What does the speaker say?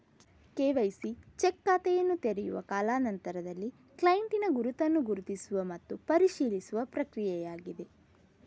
KYC check ಖಾತೆಯನ್ನು ತೆರೆಯುವ ಕಾಲಾ ನಂತರದಲ್ಲಿ ಕ್ಲೈಂಟಿನ ಗುರುತನ್ನು ಗುರುತಿಸುವ ಮತ್ತು ಪರಿಶೀಲಿಸುವ ಪ್ರಕ್ರಿಯೆಯಾಗಿದೆ